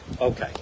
Okay